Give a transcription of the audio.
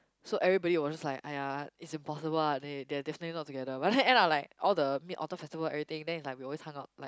so everybody was just like !aiya! it's impossible ah they they're definitely not together but then end up like all the Mid Autumn Festival everything then it's like we always hung out like